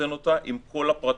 נותן אותה עם כל הפרטים.